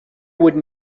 would